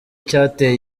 icyateye